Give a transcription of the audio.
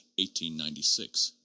1896